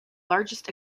largest